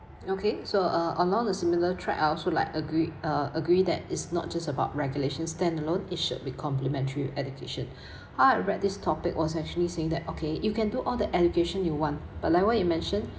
okay so uh along the similar track also like agree uh agree that it's not just about regulation standalone it should be complimentary education how I read this topic was actually saying that okay you can do all the education you want but like what you mention